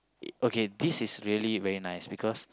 okay this is really very nice because